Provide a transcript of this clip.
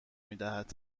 میدهد